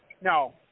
No